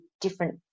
different